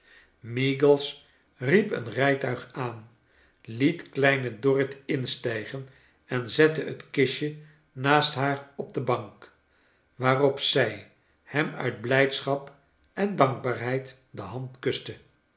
meagles riep een rijtuig aan liet kleine dorrit instijgen en zetto het kistje naast haar op de bank waarop zij hem uit blijdschap en dankbaarheid de hand kuste